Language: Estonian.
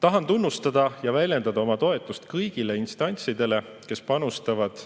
Tahan tunnustada ja väljendada oma toetust kõigile instantsidele, kes panustavad